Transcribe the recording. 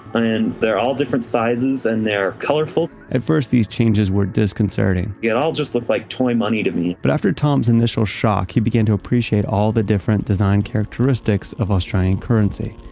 and they're all different sizes, and they're colorful. at first these changes were disconcerting yeah it all just looked like toy money to me but after tom's initial shock, he began to appreciate all the different design characteristics of australian currency.